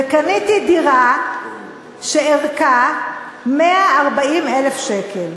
וקניתי דירה שערכה 140,000 שקל."